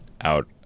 out